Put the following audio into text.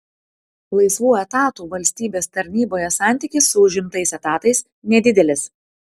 laisvų etatų valstybės tarnyboje santykis su užimtais etatais nedidelis